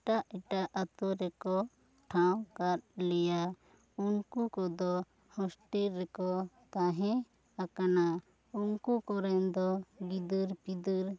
ᱮᱴᱟᱜ ᱮᱴᱟᱜ ᱟᱛᱳ ᱨᱮᱠᱚ ᱴᱷᱟᱶ ᱠᱟᱜ ᱞᱮᱭᱟ ᱩᱱᱠᱩ ᱠᱚᱫᱚ ᱦᱳᱥᱴᱮᱞ ᱨᱮᱠᱚ ᱛᱟᱦᱮᱸ ᱟᱠᱟᱱᱟ ᱩᱱᱠᱩ ᱠᱚᱨᱮᱱ ᱫᱚ ᱜᱤᱫᱟᱹᱨ ᱯᱤᱫᱟᱹᱨ